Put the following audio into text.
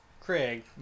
craig